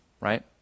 right